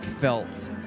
felt